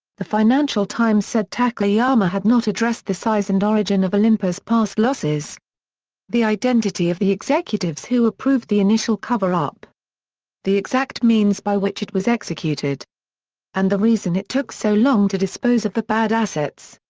the financial times said takayama had not addressed the size and origin of olympus' past losses the identity of the executives who approved the initial cover-up the exact means by which it was executed and the reason it took so long to dispose of the bad assets.